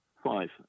five